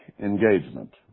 engagement